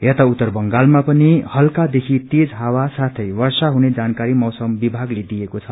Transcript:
यता उत्तर बंगालमा पनि हल्क्रदेखि तेज हावा साथै वर्षा हुने जानकारी मौसम विभागले दिएको छ